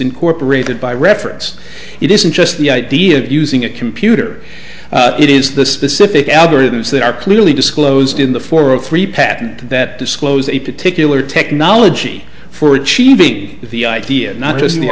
incorporated by reference it isn't just the idea of using a computer it is the specific algorithms that are clearly disclosed in the four of three patent that disclose a particular technology for achieving the idea not just in the